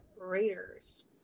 Raiders